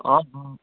অঁ অঁ